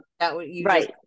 Right